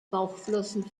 bauchflossen